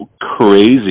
crazy